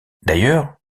d’ailleurs